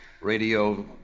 Radio